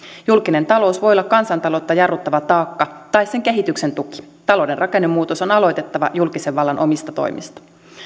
julkinen talous voi olla kansantaloutta jarruttava taakka tai sen kehityksen tuki talouden rakennemuutos on aloitettava julkisen vallan omista toimista